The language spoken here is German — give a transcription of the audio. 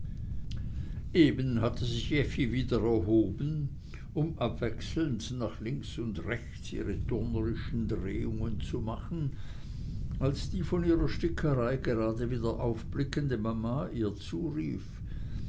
eben hatte sich effi wieder erhoben um abwechselnd nach links und rechts ihre turnerischen drehungen zu machen als die von ihrer stickerei gerade wieder aufblickende mama ihr zurief